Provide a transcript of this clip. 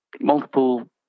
multiple